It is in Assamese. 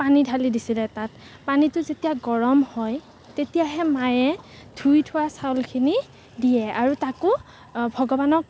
পানী ঢালি দিছিলে তাত পানীটো যেতিয়া গৰম হয় তেতিয়াহে মায়ে ধুই থোৱা চাউলখিনি দিয়ে আৰু তাকো ভগৱানক